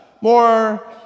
more